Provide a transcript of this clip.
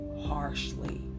harshly